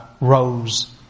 rose